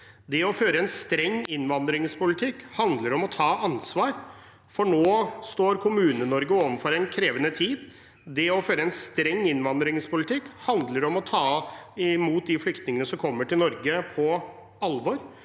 Det å føre en streng innvandringspolitikk handler om å ta ansvar, for nå står Kommune-Norge overfor en krevende tid. Det å føre en streng innvandringspolitikk handler om å ta de flyktningene som kommer til Norge, på alvor,